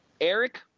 Eric